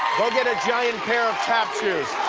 go get a giant pair of tap shoes.